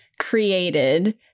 created